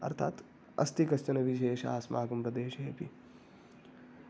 अर्थात् अस्ति कश्चन विशेषः अस्माकं प्रदेशे अपि